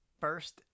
first